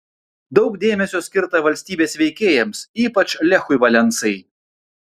daug dėmesio skirta valstybės veikėjams ypač lechui valensai